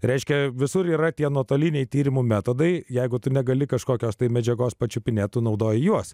reiškia visur yra tie nuotoliniai tyrimų metodai jeigu tu negali kažkokios tai medžiagos pačiupinėt tu naudoji juos